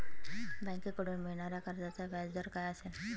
बँकेकडून मिळणाऱ्या कर्जाचा व्याजदर काय असेल?